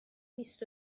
بیست